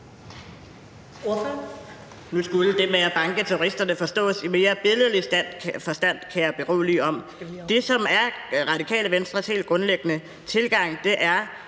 Nu skulle det med at banke terroristerne forstås i mere billedlig forstand, kan jeg berolige om. Det, som er Radikale Venstres helt grundlæggende tilgang, er,